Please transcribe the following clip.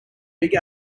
big